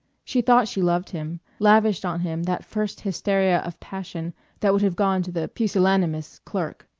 she thought she loved him lavished on him that first hysteria of passion that would have gone to the pusillanimous clerk.